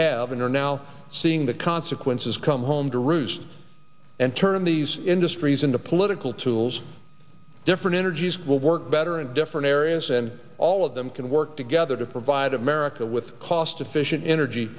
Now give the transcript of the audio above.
have and are now seeing the consequences come home to roost and turn these industries into political tools different energies will work better and different areas and all of them can work together to provide america with cost efficient energy